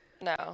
No